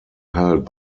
held